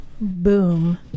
boom